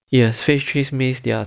yes phase three means their